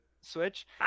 Switch